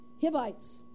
Hivites